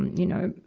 you know,